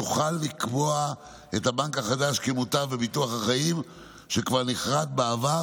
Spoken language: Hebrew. יוכל לקבוע את הבנק החדש כמוטב בביטוח החיים שכבר נכרת בעבר,